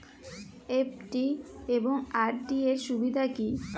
FD এবং RD এর সুবিধা কী?